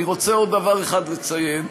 אני רוצה עוד דבר אחד לציין: